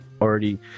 already